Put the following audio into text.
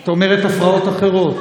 את אומרת: הפרעות אחרות.